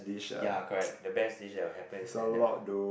ya correct the best dish that will happen that will